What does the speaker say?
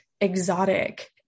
exotic